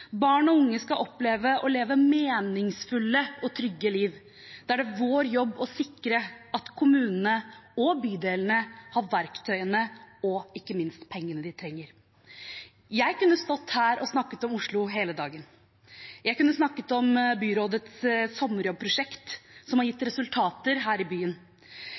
Barn og unge skal oppleve å leve meningsfulle og trygge liv. Da er det vår jobb å sikre at kommunene og bydelene har verktøyene og ikke minst pengene de trenger. Jeg kunne stått her og snakket om Oslo hele dagen. Jeg kunne snakket om byrådets sommerjobbprosjekt, som har gitt resultater her i byen.